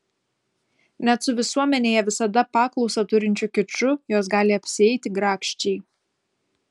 net su visuomenėje visada paklausą turinčiu kiču jos gali apsieiti grakščiai